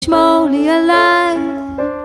שמור לי עלי.